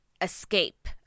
escape